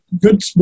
good